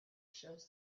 shows